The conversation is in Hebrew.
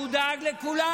והוא דאג לכולם.